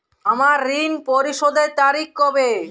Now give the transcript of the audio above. আমার ঋণ পরিশোধের তারিখ কবে?